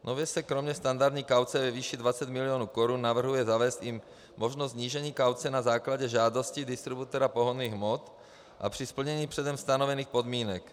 Nově se kromě standardní kauce ve výši 20 mil. korun navrhuje zavést i možnost snížení kauce na základě žádosti distributora pohonných hmot a při splnění předem stanovených podmínek.